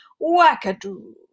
Wackadoo